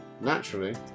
Naturally